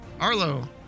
Arlo